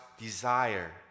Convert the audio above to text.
desire